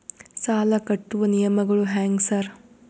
ಸಾಲ ಕಟ್ಟುವ ನಿಯಮಗಳು ಹ್ಯಾಂಗ್ ಸಾರ್?